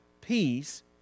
peace